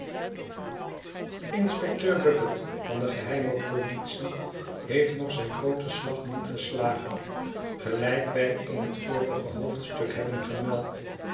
inspecteur bucket van de geheime politie heeft nog zijn grooten slag niet geslagen gelijk wij in het vorige hoofdstuk hebben gemeld